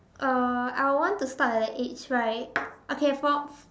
uh I would want to start at the age right okay from